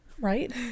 right